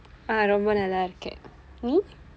ah ரொம்ப நல்லா இருக்கேன் நீ:rompa nallaa irukkeen nii